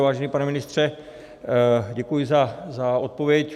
Vážený pane ministře, děkuji za odpověď.